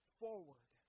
forward